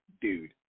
dude